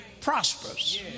prosperous